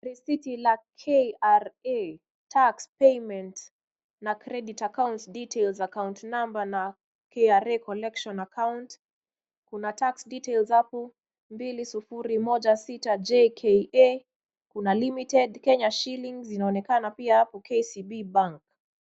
Risiti la KRA tax payment na credit account details account number na KRA collection account. Kuna tax details hapo 2016jka kuna limited Kenya shilings zinaonekana pia hapo kcb bank .